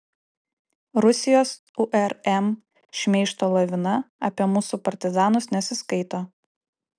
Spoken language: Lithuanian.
rusijos urm šmeižto lavina apie mūsų partizanus nesiskaito